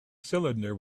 cylinder